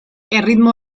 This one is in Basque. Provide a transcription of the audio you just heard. erritmo